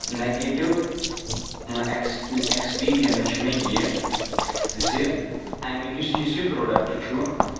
negative ex experience چھِ مےٚ یہِ زِ اَمیُک یُس یُس یہِ پروڈَکٹ چھُ